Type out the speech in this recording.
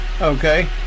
okay